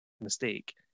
mistake